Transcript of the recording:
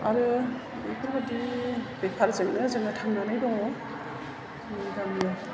आरो बेफोरबादि बेफारजोंनो जाेङाे थांनानै दङ जोंनि गामियाव